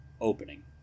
opening